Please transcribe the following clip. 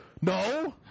no